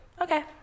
Okay